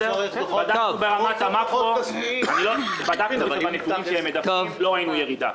בדקנו ברמת המקרו ולא ראינו ירידה.